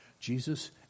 Jesus